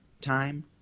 time